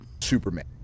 Superman